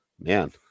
man